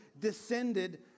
descended